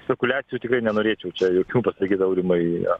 spekuliacijų tikrai nenorėčiau čia jokių pasakyt aurimai